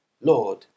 Lord